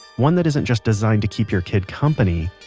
one that isn't just designed to keep your kid company.